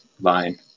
line